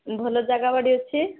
ଭଲ ଜାଗାବାଡ଼ି ଅଛି